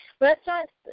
restaurants